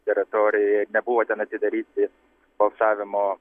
teritorijoje nebuvo ten atidaryti balsavimo